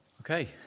Okay